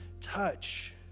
touch